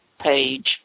page